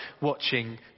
watching